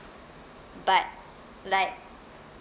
but like